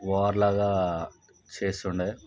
war లాగా చేస్తుండే